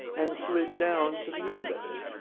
and slid down to the end of it.